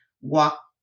walk